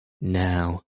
Now